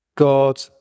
God